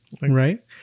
right